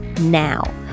now